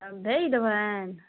तब भेज देबनि